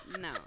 No